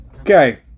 Okay